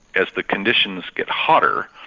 as the conditions get hotter,